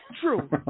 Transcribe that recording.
True